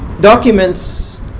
documents